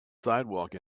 sidewalk